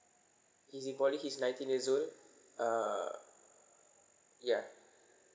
he's in poly he's nineteen years old err yeah